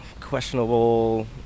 questionable